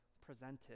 presented